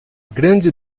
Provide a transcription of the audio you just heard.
grande